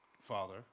father